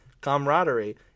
camaraderie